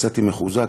יצאתי מחוזק,